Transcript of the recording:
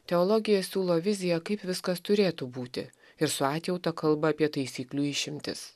teologija siūlo viziją kaip viskas turėtų būti ir su atjauta kalba apie taisyklių išimtis